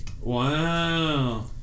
Wow